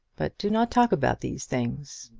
but do not talk about these things.